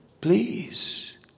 please